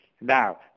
Now